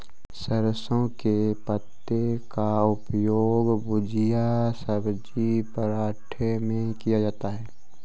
सरसों के पत्ते का उपयोग भुजिया सब्जी पराठे में किया जाता है